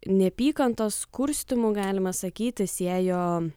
neapykantos kurstymu galima sakyti siejo